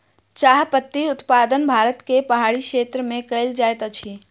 चाह पत्ती उत्पादन भारत के पहाड़ी क्षेत्र में कयल जाइत अछि